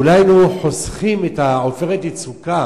אולי היינו חוסכים את "עופרת יצוקה",